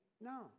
No